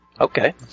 Okay